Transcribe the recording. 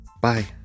Bye